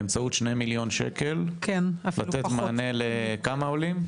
באמצעות שני מיליון שקלים, לתת מענה, לכמה עולים?